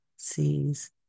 sees